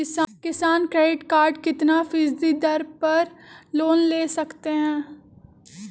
किसान credit card कितना फीसदी दर पर लोन ले सकते हैं?